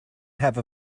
have